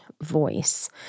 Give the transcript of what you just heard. voice